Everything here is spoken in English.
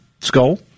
Skull